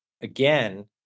again